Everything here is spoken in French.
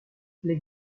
les